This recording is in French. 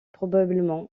probablement